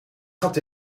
gat